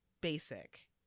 basic